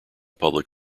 public